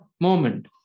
moment